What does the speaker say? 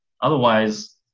Otherwise